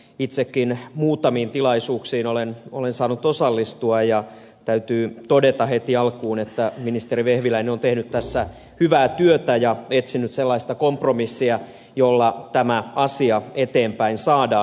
itsekin muutamiin tilaisuuksiin olen saanut osallistua ja täytyy todeta heti alkuun että ministeri vehviläinen on tehnyt tässä hyvää työtä ja etsinyt sellaista kompromissia jolla tämä asia eteenpäin saadaan